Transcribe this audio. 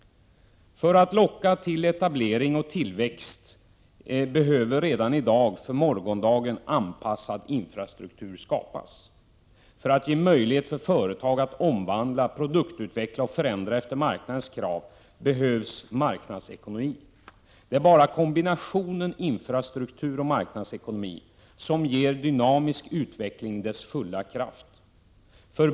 För att locka till etablering och tillväxt behöver redan i dag för morgondagen anpassad infrastruktur skapas. För att ge möjlighet för företag att omvandla, produktutveckla och förändra efter marknadens krav behövs marknadsekonomi. Det är bara kombinationen infrastruktur och marknadsekonomi som ger dynamisk utveckling dess fulla kraft.